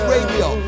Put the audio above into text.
Radio